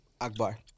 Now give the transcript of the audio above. Akbar